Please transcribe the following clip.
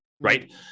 Right